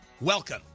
Welcome